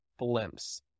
blimps